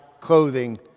clothing